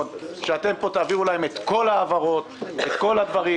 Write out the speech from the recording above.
שאתם פה תעבירו להם את כל ההעברות וכל הדברים.